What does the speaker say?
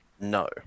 No